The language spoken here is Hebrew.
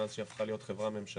מאז שהיא הפכה להיות חברה ממשלתית,